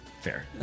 Fair